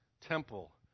temple